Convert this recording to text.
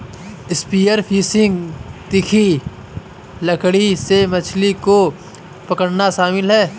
spear fishing तीखी लकड़ी से मछली को पकड़ना शामिल है